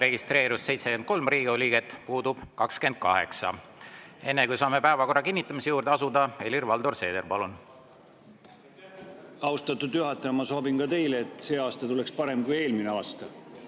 registreerus 73 Riigikogu liiget, puudub 28. Enne kui saame päevakorra kinnitamise juurde asuda, Helir-Valdor Seeder, palun! Austatud juhataja! Ma soovin ka teile, et see aasta tuleks parem kui eelmine aasta.